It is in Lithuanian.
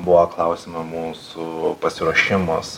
buvo klausimiama mūsų pasiruošimas